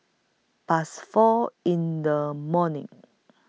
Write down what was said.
Past four in The morning